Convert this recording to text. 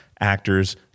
actors